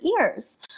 ears